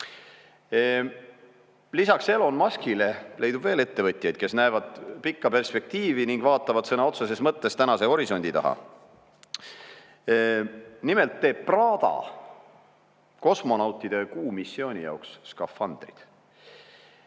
Lisaks Elon Muskile leidub veel ettevõtjaid, kes näevad pikka perspektiivi ning vaatavad sõna otseses mõttes tänase horisondi taha. Nimelt teeb Prada kosmonautide kuumissiooni jaoks skafandrid.